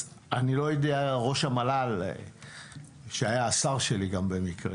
אני לא יודע, ראש המל"ל שהיה השר שלי גם במקרה.